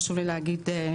חשוב לי להגיד שמאיה,